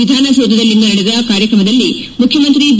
ವಿಧಾನಸೌಧದಲ್ಲಿಂದು ನಡೆದ ಕಾರ್ಯಕ್ರಮದಲ್ಲಿ ಮುಖ್ಯಮಂತ್ರಿ ಬಿ